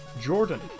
Jordan